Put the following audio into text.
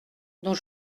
dont